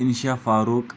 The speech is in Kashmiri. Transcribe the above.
اِنشا فاروق